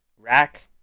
rack